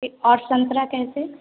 ए और संतरा कैसे